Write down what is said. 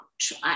try